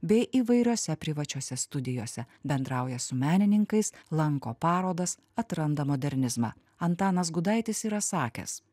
bei įvairiose privačiose studijose bendrauja su menininkais lanko parodas atranda modernizmą antanas gudaitis yra sakęs